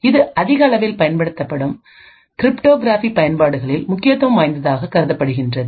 இது அதிகளவில் பயன்படுத்தப்படும் கிரிப்டோகிரபி பயன்பாடுகளில் முக்கியத்துவம் வாய்ந்ததாக கருதப்படுகின்றது